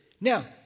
Now